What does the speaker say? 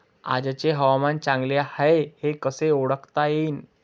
आजचे हवामान चांगले हाये हे कसे ओळखता येईन?